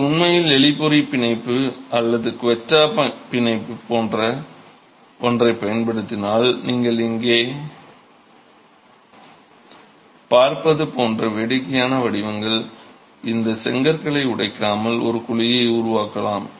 நீங்கள் உண்மையில் எலி பொறி பிணைப்பு அல்லது குவெட்டா பிணைப்பு போன்ற ஒன்றைப் பயன்படுத்தினால் நீங்கள் இங்கே பார்ப்பது போன்ற வேடிக்கையான வடிவங்களாக இந்த செங்கற்களை உடைக்காமல் ஒரு குழியை உருவாக்கலாம்